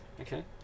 Okay